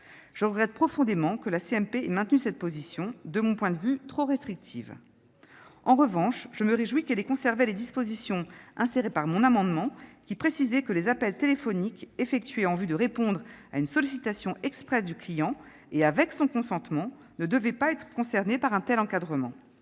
Je regrette profondément que la commission mixte paritaire ait maintenu cette position, de mon point de vue trop restrictive. En revanche, je me réjouis qu'elle ait conservé les dispositions insérées à la suite de l'adoption de mon amendement, qui précisent que les appels téléphoniques réalisés en vue de répondre à une sollicitation expresse du client et avec son consentement ne doivent pas être concernés par un tel encadrement.